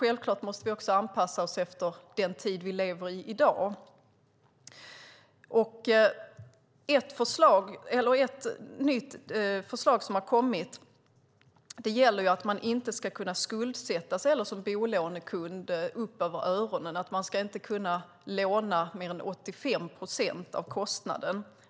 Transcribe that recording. Självklart måste vi anpassa oss efter den tid vi i dag lever i. Ett nytt förslag som har lagts fram är att man som bolånekund inte ska kunna skuldsätta sig upp över öronen. Man ska inte få låna mer än 85 procent av kostnaden.